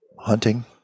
Hunting